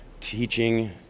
teaching